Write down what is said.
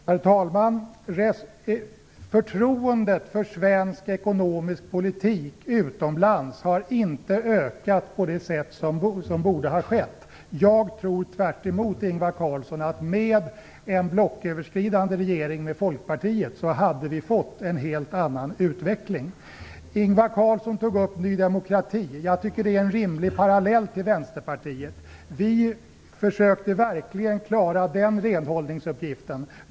Herr talman! Utomlands har inte förtroendet för svensk ekonomisk politik ökat på det sätt det borde ha gjort. Jag tror tvärtemot Ingvar Carlsson att med en blocköverskridande regering med Folkpartiet hade vi fått en helt annan utveckling. Ingvar Carlsson tog upp Ny demokrati. Jag tycker det är en rimlig parallell till Vänsterpartiet. Vi försökte verkligen klara den renhållningsuppgiften.